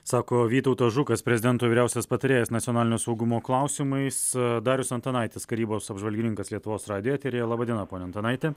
sako vytautas žukas prezidento vyriausias patarėjas nacionalinio saugumo klausimais darius antanaitis karybos apžvalgininkas lietuvos radijo eteryje laba diena pone antanaiti